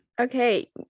Okay